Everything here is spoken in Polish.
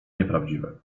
nieprawdziwe